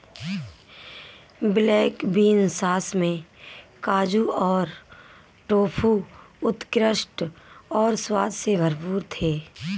black bean sauce में काजू और टोफू उत्कृष्ट और स्वाद से भरपूर थे